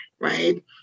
Right